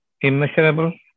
immeasurable